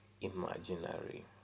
imaginary